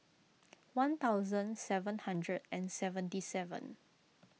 one thousand seven hundred and seventy seven